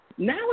Now